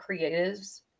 creatives